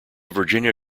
virginia